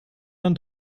dann